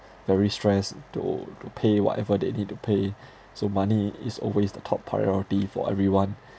very stress to to pay whatever they need to pay so money is always the top priority for everyone